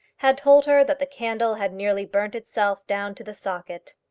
had told her that the candle had nearly burnt itself down to the socket.